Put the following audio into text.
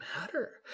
matter